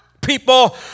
People